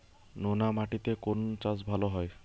নোনা মাটিতে কোন চাষ ভালো হয়?